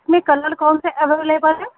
اس میں کلر کون سے اویلیبل ہیں